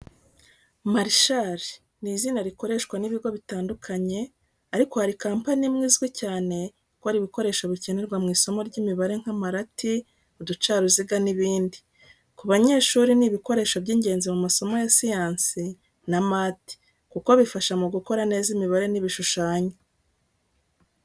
Marshal ni izina rikoreshwa n’ibigo bitandukanye, ariko hari company imwe izwi cyane ikora ibikoresho bikenerwa mu isomo ry’imibare nk’amarati, uducaruziga n’ibindi. Ku banyeshuri ni ibikoresho by’ingenzi mu masomo ya siyansi na math, kuko bifasha mu gukora neza imibare n’ibishushanyo.